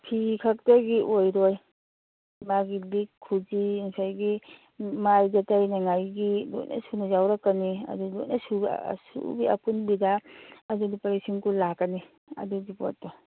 ꯐꯤ ꯈꯛꯇꯒꯤ ꯑꯣꯏꯔꯣꯏ ꯃꯥꯒꯤ ꯂꯤꯛ ꯈꯨꯖꯤ ꯉꯁꯥꯏꯒꯤ ꯃꯥꯏꯗ ꯇꯩꯅꯉꯥꯏꯒꯤ ꯂꯣꯏꯅ ꯁꯨꯅ ꯌꯥꯎꯔꯛꯀꯅꯤ ꯑꯗꯨ ꯂꯣꯏꯅ ꯁꯨꯕꯤ ꯑꯄꯨꯟꯕꯤꯗ ꯑꯗꯨ ꯂꯨꯄꯥ ꯂꯤꯁꯤꯡ ꯀꯨꯟ ꯂꯥꯛꯀꯅꯤ ꯑꯗꯨꯒꯤ ꯄꯣꯠꯇꯣ